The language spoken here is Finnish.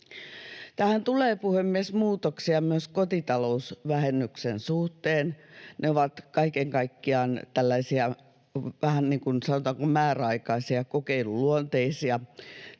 Tähän tulee, puhemies, muutoksia myös kotitalousvähennyksen suhteen. Ne ovat kaiken kaikkiaan tällaisia vähän niin kuin sanotaanko määräaikaisia, kokeiluluonteisia.